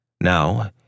Now